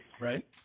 Right